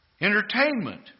Entertainment